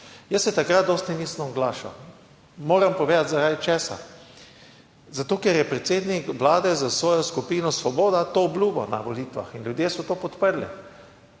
Jaz se takrat dosti nisem oglašal, moram povedati, zaradi česa, zato ker je predsednik vlade s svojo skupino Svoboda to obljubil na volitvah in ljudje so to podprli.